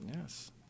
Yes